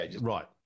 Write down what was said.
right